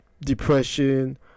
depression